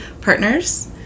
partners